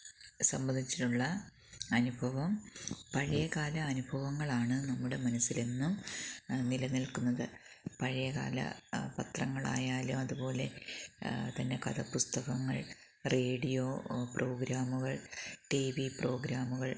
സംബന്ധിച്ചിട്ടുള്ള അനുഭവം പഴയകാല അനുഭവങ്ങളാണ് നമ്മുടെ മനസ്സിലെന്നും നിലനില്ക്കുന്നത് പഴയകാല പത്രങ്ങളായാലും അതുപോലെ തന്നെ കഥാപുസ്തകങ്ങള് റേഡിയോ പ്രോഗ്രാമുകള് ടി വി പ്രോഗ്രാമുകള്